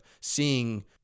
seeing